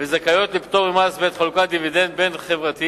וזכאיות לפטור ממס בעת חלוקת דיבידנד בין-חברתי